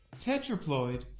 Tetraploid